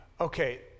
Okay